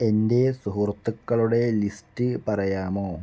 എന്റെ സുഹൃത്തുക്കളുടെ ലിസ്റ്റ് പറയാമോ